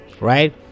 right